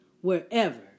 wherever